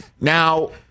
Now